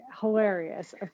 hilarious